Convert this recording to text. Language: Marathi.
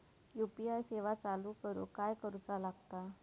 यू.पी.आय सेवा चालू करूक काय करूचा लागता?